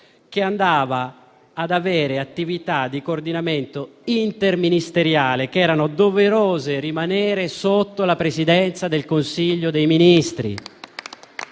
che andava a svolgere un'attività di coordinamento interministeriale che era doveroso lasciare sotto la Presidenza del Consiglio dei ministri.